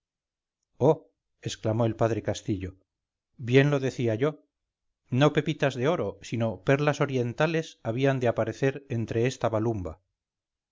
exclamó el padre castillo bien lo decía yo no pepitas de oro sino perlas orientales habían de aparecer entre esta balumba